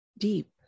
Deep